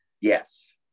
Yes